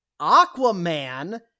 Aquaman